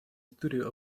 studio